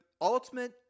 ultimate